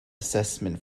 assessment